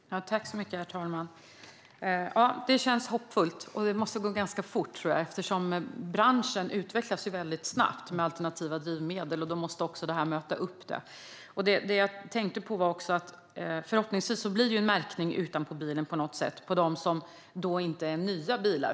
Herr talman! Det känns hoppfullt. Det måste gå ganska fort, tror jag, för branschen utvecklas ju snabbt med alternativa drivmedel. Förhoppningsvis blir det en märkning utanpå bilen på något sätt också för de bilar som inte är nya.